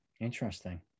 Interesting